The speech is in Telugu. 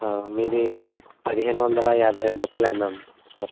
మీది పదిహేను వందల యాభై రెండు రూపాయలు అయిందమ్మా మొ